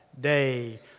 day